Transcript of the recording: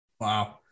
Wow